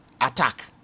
attack